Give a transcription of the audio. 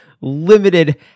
limited